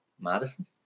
Madison